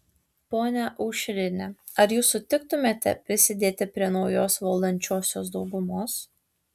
ponia aušrine ar jūs sutiktumėte prisidėti prie naujos valdančiosios daugumos